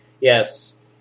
Yes